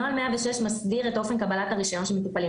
נוהל 106 מסביר את אופן קבלת הרישיון של מטופלים.